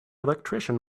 electrician